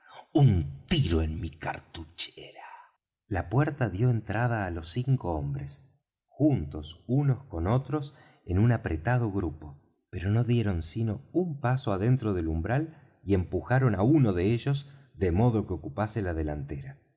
un tiro en mi cartuchera la puerta dió entrada á los cinco hombres juntos unos con otros en un apretado grupo pero no dieron sino un paso adentro del umbral y empujaron á uno de ellos de modo que ocupase la delantera